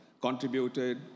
contributed